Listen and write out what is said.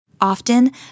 Often